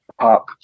pop